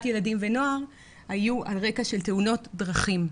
ילדים ונוער היו על רקע של תאונות דרכים.